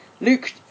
Luke